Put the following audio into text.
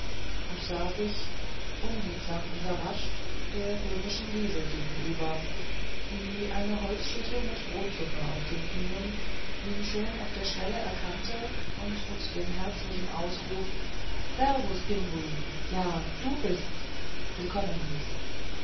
und sah sich unliebsam überrascht der böhmischen liesel gegenüber die eine holzschüssel mit brotsuppe auf den knien ihn schon auf der schwelle erkannte und mit dem herzlichen ausruf servus pinguin ja du bist's willkommen hieß